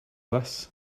this